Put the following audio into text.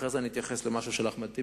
אחרי זה אני אתייחס למשהו של אחמד טיבי,